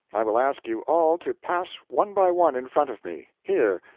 i will ask you all to pass one by one in front of me here,